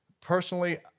Personally